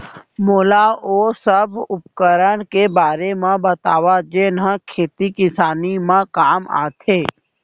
मोला ओ सब उपकरण के बारे म बतावव जेन ह खेती किसानी म काम आथे?